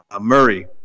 Murray